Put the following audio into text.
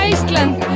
Iceland